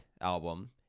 album